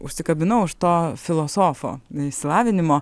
užsikabinau už to filosofo išsilavinimo